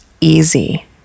easy